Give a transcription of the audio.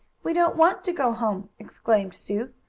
we don't want to go home! exclaimed sue.